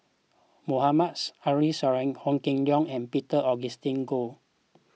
Mohameds Ariff Suradi Ho Kah Leong and Peter Augustine Goh